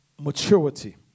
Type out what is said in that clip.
maturity